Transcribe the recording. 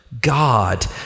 God